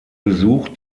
besuch